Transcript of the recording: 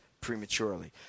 prematurely